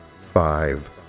five